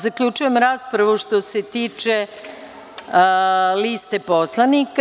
Zaključujem raspravu što se tiče liste poslanika.